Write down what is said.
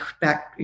back